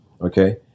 Okay